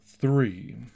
Three